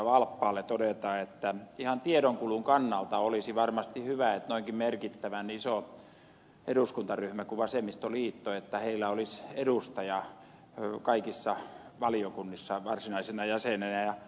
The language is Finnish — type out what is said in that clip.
valppaalle todeta että ihan tiedonkulun kannalta olisi varmasti hyvä että noinkin merkittävän isolla eduskuntaryhmällä kuin vasemmistoliitolla olisi edustaja kaikissa valiokunnissa varsinaisena jäsenenä